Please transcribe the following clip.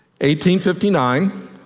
1859